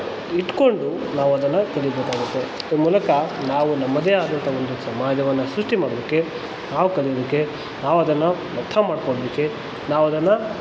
ಇಟ್ಕೊಂಡು ನಾವದನ್ನು ಕಲಿಬೇಕಾಗುತ್ತೆ ಈ ಮೂಲಕ ನಾವು ನಮ್ಮದೇ ಆದಂಥ ಒಂದು ಸಮಾಜವನ್ನು ಸೃಷ್ಟಿ ಮಾಡೋದಕ್ಕೆ ನಾವು ಕಲೀಲಿಕ್ಕೆ ನಾವದನ್ನು ಅರ್ಥ ಮಾಡ್ಕೊಳ್ಳಿಕ್ಕೆ ನಾವದನ್ನು